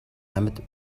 амьд